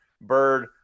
bird